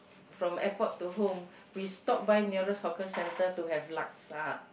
from airport to home we stop by nearest hawker centre to have Laksa